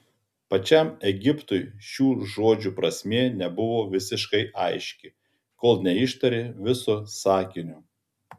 pačiam egiptui šių žodžių prasmė nebuvo visiškai aiški kol neištarė viso sakinio